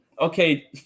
Okay